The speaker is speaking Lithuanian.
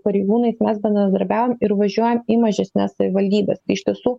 pareigūnais mes bendradarbiaujam ir važiuojam į mažesnes savivaldybes iš tiesų